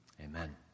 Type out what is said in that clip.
Amen